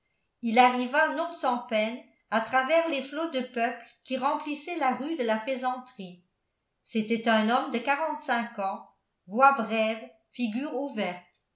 il arriva non sans peine à travers les flots de peuple qui remplissaient la rue de la faisanderie c'était un homme de quarante-cinq ans voix brève figure ouverte